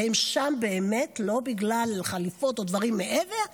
והם שם באמת לא בגלל חליפות או דברים מעבר,